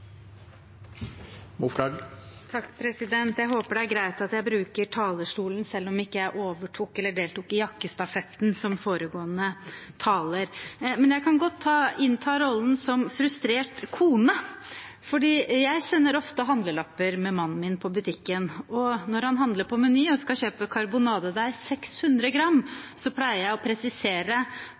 greit at jeg bruker talerstolen selv om jeg ikke deltar i jakkestafetten, slik foregående taler gjorde. Men jeg kan godt innta rollen som frustrert kone, for jeg sender ofte handlelapper med mannen min til butikken, og når han handler på Meny og skal kjøpe karbonadedeig, 600 gram, pleier jeg å presisere